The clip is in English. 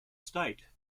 state